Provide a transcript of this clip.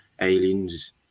aliens